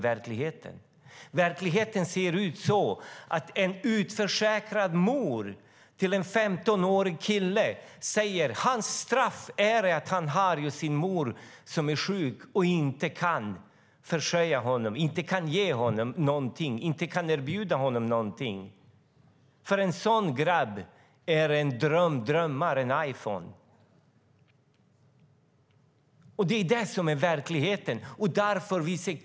Verkligheten är att en utförsäkrad mor till en 15-årig kille säger: Hans straff är att ha en mor som är sjuk och inte kan försörja honom eller erbjuda honom någonting. För en sådan grabb är en Iphone en dröm. Det är verkligheten.